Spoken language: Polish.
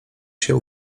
się